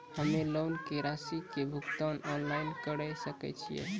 हम्मे लोन के रासि के भुगतान ऑनलाइन करे सकय छियै?